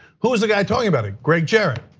who is the guy talking about a great jerry.